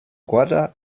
guarda